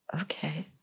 okay